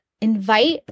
invite